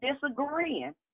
disagreeing